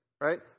Right